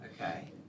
okay